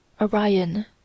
Orion